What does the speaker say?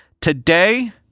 Today